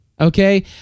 Okay